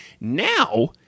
Now